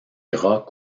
gras